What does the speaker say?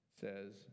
says